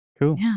Cool